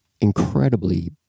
incredibly